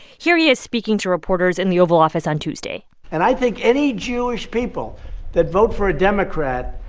here he is speaking to reporters in the oval office on tuesday and i think any jewish people that vote for a democrat